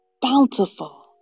bountiful